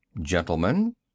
Gentlemen